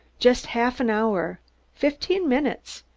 just half an hour fifteen minutes!